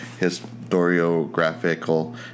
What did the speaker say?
historiographical